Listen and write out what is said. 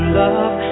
love